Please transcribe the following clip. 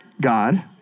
God